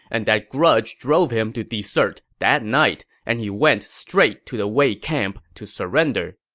and that grudge drove him to desert that night, and he went strsight to the wei camp to surrender.